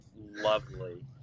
Lovely